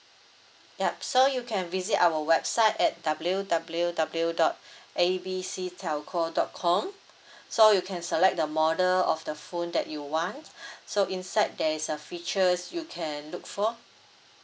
yup so you can visit our website at W W W dot A B C telco dot com so you can select the model of the phone that you want so inside there is a features you can look for